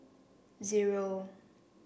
zero